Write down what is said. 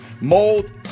mold